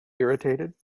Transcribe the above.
irritated